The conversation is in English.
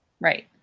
Right